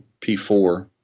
P4